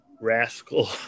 Rascal